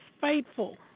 faithful